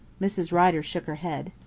mrs. rider shook her head.